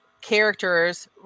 characters